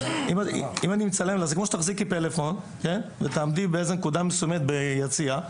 זה כמו שתחזיקי פלאפון ותעמדי בנקודה מסוימת ביציע,